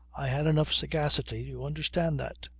i had enough sagacity to understand that.